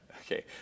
Okay